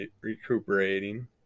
recuperating